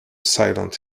silent